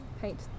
paint